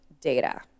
data